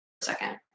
second